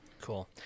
Cool